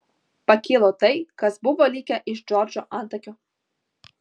pakilo tai kas buvo likę iš džordžo antakių